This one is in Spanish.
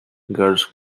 girls